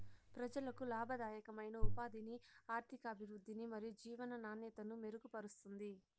ప్రజలకు లాభదాయకమైన ఉపాధిని, ఆర్థికాభివృద్ధిని మరియు జీవన నాణ్యతను మెరుగుపరుస్తుంది